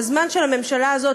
בזמן של הממשלה הזאת,